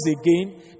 again